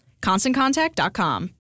ConstantContact.com